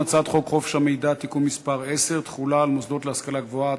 הצעת חוק חופש המידע (תיקון מס' 10) (תחולה על מוסדות להשכלה גבוהה),